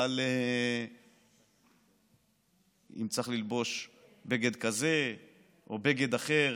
על אם צריך ללבוש בגד כזה או בגד אחר,